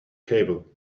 cable